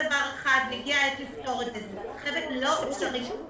אחרת זה לא אפשרי.